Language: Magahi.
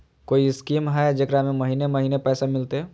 कोइ स्कीमा हय, जेकरा में महीने महीने पैसा मिलते?